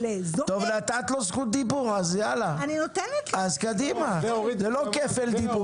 זועק ממש ------ אנחנו מפספסים את הרגע שחברת הכנסת סטרוק,